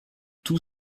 tout